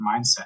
mindset